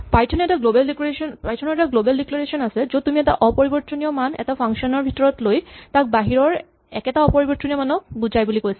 Python ৰ এটা global declaration আছে য'ত তুমি এটা অপৰিবৰ্তনীয় মান এটা ফাংচন ৰ ভিতৰত লৈ তাক বাহিৰৰ একেটা অপৰিবৰ্তনীয় মানক বুজায় বুলি কৈছা